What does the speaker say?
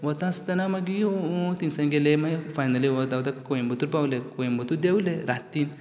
वता आसतना मागीर थंयसान गेले मागीर फायनली वत वता कोयंबतूर पावले कोयंबतूर देवले रातीन